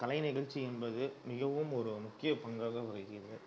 கலை நிகழ்ச்சி என்பது மிகவும் ஒரு முக்கிய பங்காக வகிக்குது